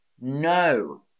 No